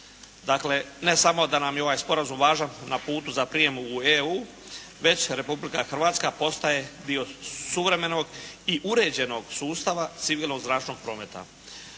Dakle, ne samo da nam je ovaj sporazum važan na putu za prijem u EU već Republika Hrvatska postaje dio suvremenog i uređenog sustava civilnog zračnog prometa.